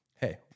hey